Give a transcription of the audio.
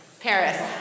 Paris